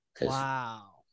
Wow